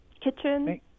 Kitchen